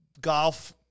golf